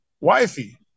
wifey